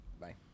Bye